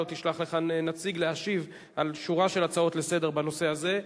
תשלח לכאן נציג להשיב על שורה של הצעות לסדר-היום בנושא הזה.